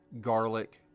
garlic